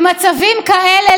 במצבים כאלה,